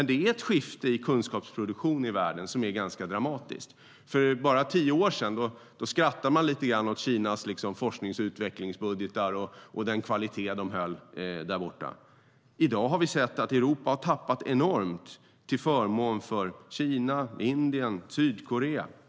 Det sker ett skifte i kunskapsproduktion i världen som är ganska dramatiskt. För bara tio år sedan skrattade man lite grann åt Kinas forsknings och utvecklingsbudgetar och den kvalitet de höll där borta. I dag har vi sett att Europa har tappat enormt till förmån för Kina, Indien och Sydkorea.